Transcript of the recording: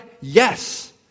Yes